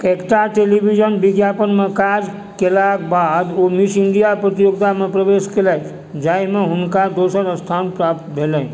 कैकटा टेलीविजन विज्ञापनमे काज केलाक बाद ओ मिस इंडिया प्रतियोगितामे प्रवेश केलथि जाहिमे हुनका दोसर स्थान प्राप्त भेलनि